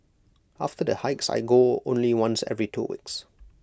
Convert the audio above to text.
after the hikes I go only once every two weeks